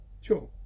Sure